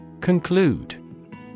Conclude